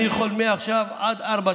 אני יכול מעכשיו עד 16:00,